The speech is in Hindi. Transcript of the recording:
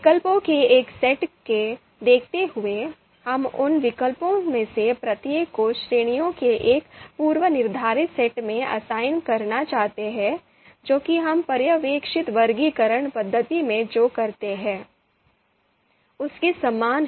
विकल्पों के एक सेट को देखते हुए हम उन विकल्पों में से प्रत्येक को श्रेणियों के एक पूर्वनिर्धारित सेट में असाइन करना चाहते हैं जो कि हम पर्यवेक्षित वर्गीकरण पद्धति में जो करते हैं उसके समान है